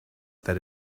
that